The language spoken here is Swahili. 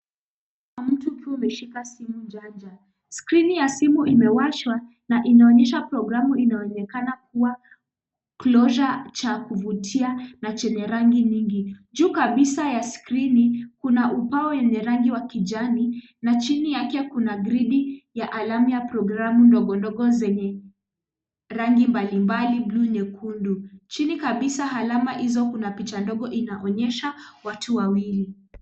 Mtu akiwa ameshika simu jaja. Skrini ya simu imewashwa na inaonyesha programu inaonekana kuwa closure cha kuvutia na chenye rangi nyingi. Juu kabisa ya skrini kuna upao wenye rangi wa kijani na chini kuna gridi ya alama ya programu ndogondogo zenye rangi mbalimbali bluu, nyekundu. Chini kabisa alama hizo kuna picha ndogo inaonyesha watu wawili.